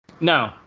No